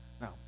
Now